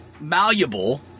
malleable